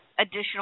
additional